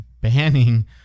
banning